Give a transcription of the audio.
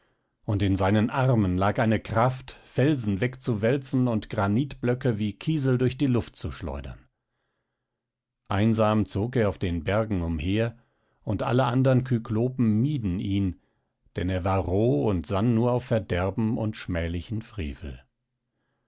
und in seinen armen lag eine kraft felsen wegzuwälzen und granitblöcke wie kiesel durch die luft zu schleudern einsam zog er auf den bergen umher und alle andern kyklopen mieden ihn denn er war roh und sann nur auf verderben und schmählichen frevel